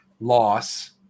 Loss